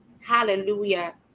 Hallelujah